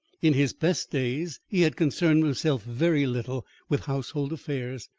in his best days he had concerned himself very little with household affairs,